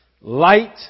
light